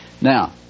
Now